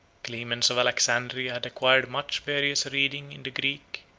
clemens of alexandria had acquired much various reading in the greek,